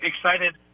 excited